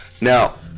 Now